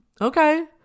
okay